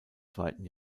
zweiten